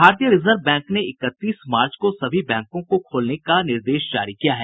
भारतीय reserve bank ने इकतीस मार्च को सभी बैंकों को खोलने का निर्देश जारी किया है